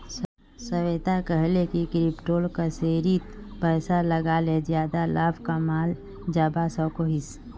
श्वेता कोहले की क्रिप्टो करेंसीत पैसा लगाले ज्यादा लाभ कमाल जवा सकोहिस